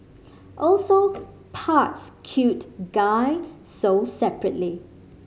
also parts cute guy sold separately